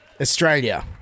Australia